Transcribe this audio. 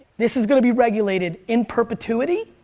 this is gonna be regulated in perpetuity,